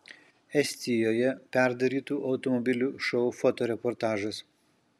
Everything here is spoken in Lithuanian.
estijoje perdarytų automobilių šou fotoreportažas